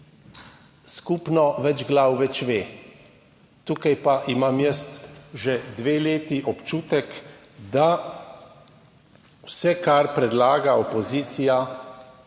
skupno več glav več ve. Tukaj pa imam jaz že dve leti občutek, da vse, kar predlaga opozicija,